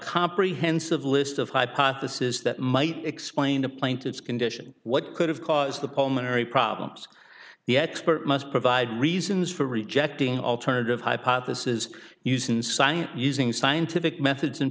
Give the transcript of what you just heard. comprehensive list of hypothesis that might explain the plaintiff's condition what could have caused the commentary problems the expert must provide reasons for rejecting alternative hypothesis using science using scientific methods